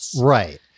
right